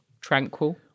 tranquil